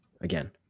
again